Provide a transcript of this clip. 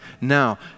Now